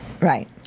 Right